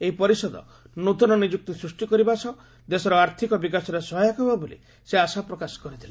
ଏହି ପରିଷଦ ନ୍ତନ ନିଯୁକ୍ତି ସୃଷ୍ଟି କରିବା ସହ ଦେଶର ଆର୍ଥକ ବିକାଶରେ ସହାୟକ ହେବ ବୋଲି ସେ ଆଶା ପ୍ରକାଶ କରିଥିଲେ